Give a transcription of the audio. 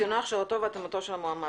ניסיונו, השכלתו והתאמתו של המועמד.